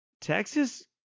Texas